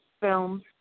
film